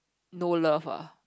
no love ah